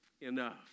enough